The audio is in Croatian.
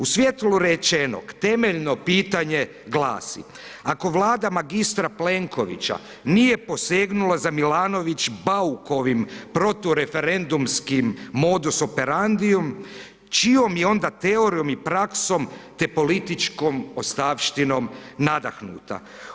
U svijetlu rečenog temeljno pitanje glasi, ako Vlada magistra Plenkovića nije posegnula za Milanović-Baukovim protureferendumskim modus operandium čijom je onda teorijom i praksom te političkom ostavštinom nadahnuta.